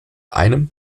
einem